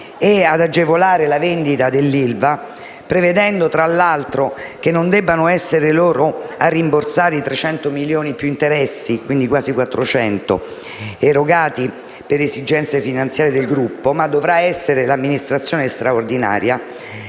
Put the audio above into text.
e ad agevolare la vendita dell'ILVA, prevedendo, tra l'altro, che non debbano essere loro a rimborsare i 300 milioni più interessi (quasi 400 milioni) erogati per esigenze finanziare del Gruppo, ma dovrà essere l'amministrazione straordinaria,